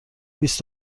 بیست